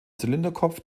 zylinderkopf